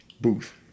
booth